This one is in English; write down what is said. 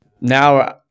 now